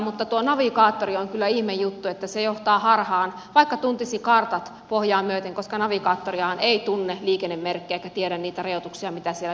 mutta tuo navigaattori on kyllä ihme juttu että se johtaa harhaan vaikka tuntisi kartat pohjiaan myöten koska navigaattorihan ei tunne liikennemerkkejä eikä tiedä niitä rajoituksia mitä siellä liikenteessä on